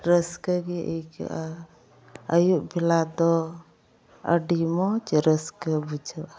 ᱨᱟᱹᱥᱠᱟᱹᱜᱮ ᱟᱹᱭᱠᱟᱹᱜᱼᱟ ᱟᱹᱭᱩᱵ ᱵᱮᱞᱟᱫᱚ ᱟᱹᱰᱤ ᱢᱚᱡᱽ ᱨᱟᱹᱥᱠᱟᱹ ᱵᱩᱡᱷᱟᱹᱜᱼᱟ